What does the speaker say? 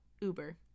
Uber